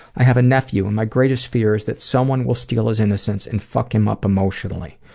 i have a nephew and my greatest fear is that someone will steal his innocence and fuck him up emotionally.